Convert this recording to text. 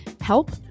help